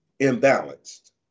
imbalanced